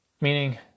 Meaning